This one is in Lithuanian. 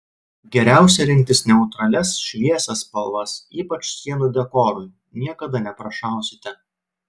geriausia rinktis neutralias šviesias spalvas ypač sienų dekorui niekada neprašausite